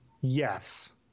yes